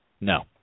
No